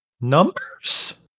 numbers